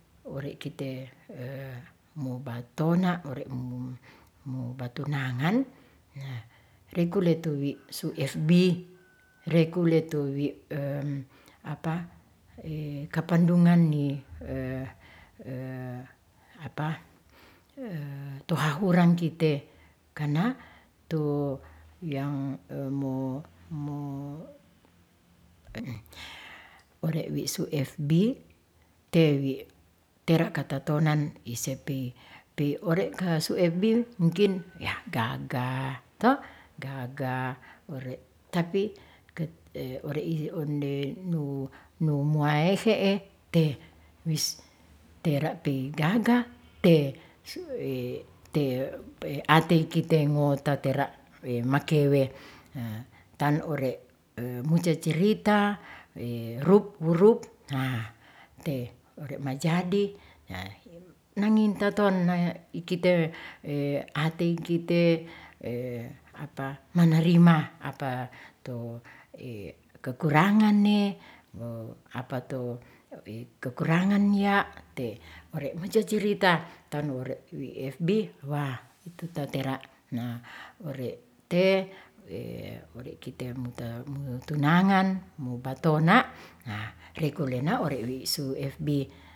Ore' kite mo ba tona ore' mo batunagan rekule tu wi' su fb, rekule tu kapandungan ni tohahurang kite karna to ore' we su fb tewi' tera' katatonan isepi pi ore' ka su fb mungkin ya' gagah toh gagah ore' tapi ore izi onde nu, nu muaheke te wis tera' pe gagah te' atei kite ngota tera' makewe tan ore' mucacirita rup wurup te ore majadi nangintataton na ikite atei kite manarima apato kekurangan ne apato kekurangan ya te ore mocacirita tob wore' bi fb wah itu ta tera' na ore te' ore' kite mo tunagan mo batona haa rikulena ore'lesu fb.